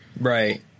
right